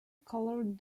coloured